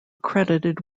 credited